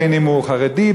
בין שהוא חרדי,